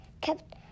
kept